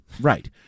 Right